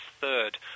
third